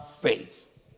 faith